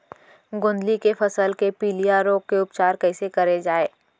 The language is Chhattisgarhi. गोंदली के फसल के पिलिया रोग के उपचार कइसे करे जाये?